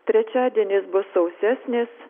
trečiadienis bus sausesnis